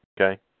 Okay